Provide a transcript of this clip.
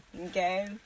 okay